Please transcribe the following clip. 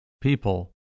people